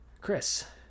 Chris